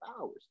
hours